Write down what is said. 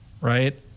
right